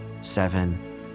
seven